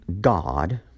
God